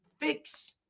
fix